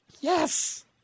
Yes